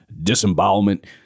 disembowelment